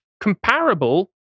comparable